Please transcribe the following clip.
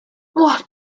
what